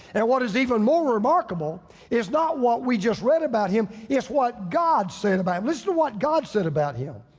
and what is even more remarkable is not what we just read about him is what god's said about him, listen to what god said about him.